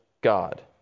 God